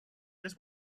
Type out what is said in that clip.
this